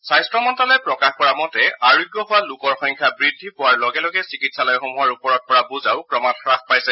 স্বাস্থ্য মন্ত্ৰালয়ে প্ৰকাশ কৰা মতে আৰোগ্য হোৱা লোকৰ সংখ্যা বৃদ্ধি পোৱাৰ লগে লগে চিকিৎসালয়সমূহৰ ওপৰত পৰা বোজা ক্ৰমাৎ হাস পাইছে